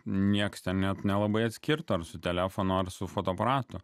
nieks ten net nelabai atskirtų ar su telefonu ar su fotoaparatu